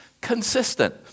consistent